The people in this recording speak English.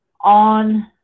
on